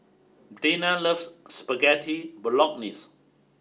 Dayna loves Spaghetti Bolognese